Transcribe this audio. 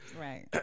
Right